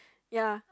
ya